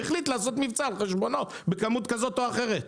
הוא החליט לעשות מבצע על חשבונו בכמות כזו או אחרת.